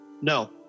no